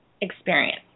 experience